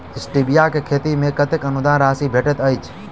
Stevia केँ खेती मे कतेक अनुदान राशि भेटैत अछि?